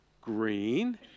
green